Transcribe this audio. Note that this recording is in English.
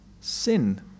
sin